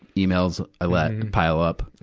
emails, i let pile up.